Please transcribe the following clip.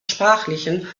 sprachlichen